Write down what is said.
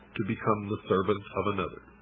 to become the servant of another.